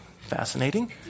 Fascinating